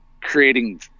creating